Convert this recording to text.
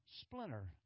splinter